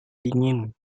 dingin